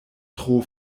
tro